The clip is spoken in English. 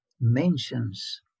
mentions